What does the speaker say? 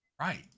right